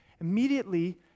Immediately